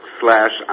slash